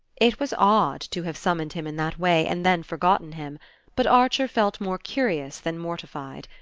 it was odd to have summoned him in that way, and then forgotten him but archer felt more curious than mortified.